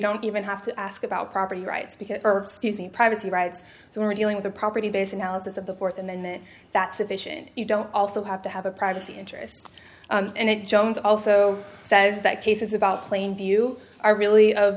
don't even have to ask about property rights because privacy rights so we're dealing with a property based analysis of the fourth amendment that sufficient you don't also have to have a privacy interest and it jones also says that cases about plain view are really of